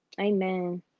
amen